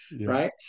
Right